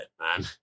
man